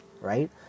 right